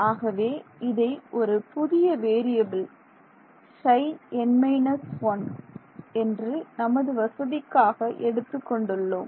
ஆகவே இதை ஒரு புதிய வேறியபில் Ψn−1 என்று நமது வசதிக்காக எடுத்துக் கொண்டுள்ளோம்